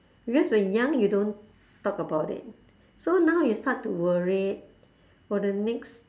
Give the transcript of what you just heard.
because when young you don't talk about it so now you start to worried for the next